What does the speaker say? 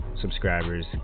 subscribers